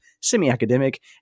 semi-academic